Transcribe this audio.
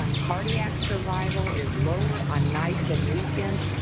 um cardiac survival is lower on nights and weekends,